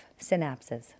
synapses